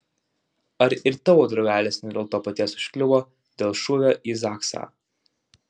ar ir tavo draugelis ne dėl to paties užkliuvo dėl šūvio į zaksą